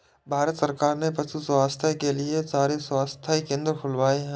भारत सरकार ने पशु स्वास्थ्य के लिए बहुत सारे स्वास्थ्य केंद्र खुलवाए हैं